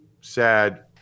sad